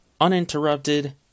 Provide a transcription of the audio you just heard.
uninterrupted